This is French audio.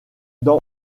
dans